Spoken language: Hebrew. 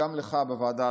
גם לך בוועדה,